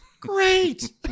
great